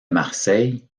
marseille